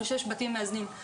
אבל שיש בתים מאזנים.